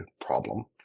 problem